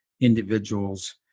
individuals